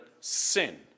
sin